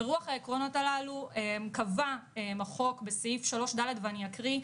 ברוח העקרונות הללו קבע החוק בסעיף 3ד' ואני אקריא,